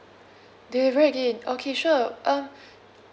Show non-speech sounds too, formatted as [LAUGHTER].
deliver again okay sure uh [BREATH]